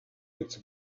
its